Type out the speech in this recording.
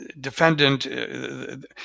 defendant